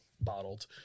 bottled